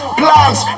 plans